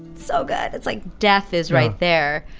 so good. it's like death is right there.